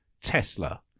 Tesla